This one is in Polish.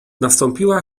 nastąpiła